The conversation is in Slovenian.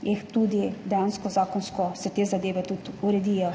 se dejansko zakonsko te zadeve tudi uredijo.